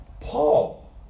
Paul